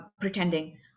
pretending